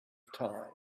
time